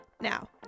Now